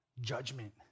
judgment